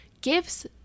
gives